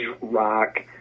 rock